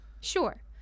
sure